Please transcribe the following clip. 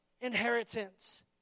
inheritance